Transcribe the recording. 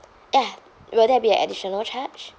ya will there be a additional charge